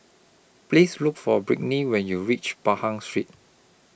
Please Look For Britny when YOU REACH Pahang Street